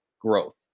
growth